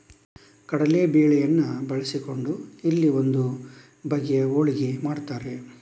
ಕಡಲೇ ಬೇಳೆಯನ್ನ ಬಳಸಿಕೊಂಡು ಇಲ್ಲಿ ಒಂದು ಬಗೆಯ ಹೋಳಿಗೆ ಮಾಡ್ತಾರೆ